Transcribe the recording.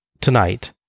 tonight